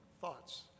thoughts